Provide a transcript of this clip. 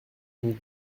donc